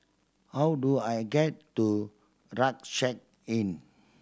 how do I get to Rucksack Inn